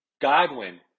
Godwin